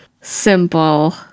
simple